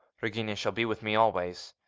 regina shall be with me always.